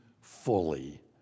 fully